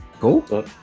cool